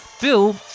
Bill